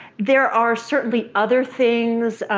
there are certainly other things.